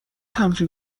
همچین